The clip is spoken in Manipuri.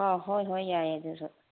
ꯑꯥ ꯍꯣꯏ ꯍꯣꯏ ꯌꯥꯏ ꯑꯗꯨꯁꯨ